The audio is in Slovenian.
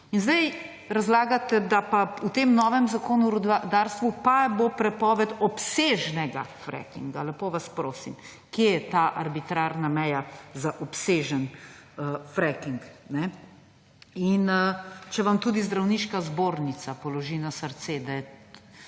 In zdaj razlagate, da pa v tem novem Zakonu o rudarstvu pa bo prepoved obsežnega frackinga. Lepo vas prosim. Kje je ta arbitrarna meja za obsežen fracking? In če vam tudi zdravniška zbornica položi na srce, da je